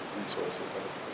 resources